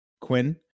Quinn